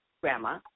grandma